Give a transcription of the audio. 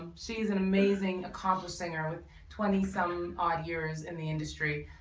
um she's an amazing accomplished singer with twenty some odd years in the industry.